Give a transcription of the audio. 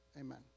Amen